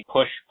push